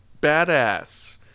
badass